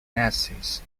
nazis